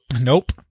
Nope